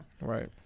Right